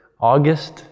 August